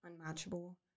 unmatchable